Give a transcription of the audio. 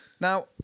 Now